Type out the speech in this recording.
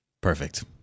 Perfect